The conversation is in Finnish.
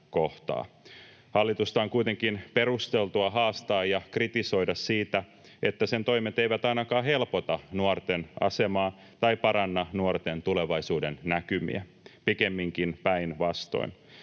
Hallitusta on kuitenkin perusteltua haastaa ja kritisoida siitä, että sen toimet eivät ainakaan helpota nuorten asemaa tai paranna nuorten tulevaisuudennäkymiä — pikemminkin päinvastoin.